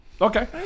Okay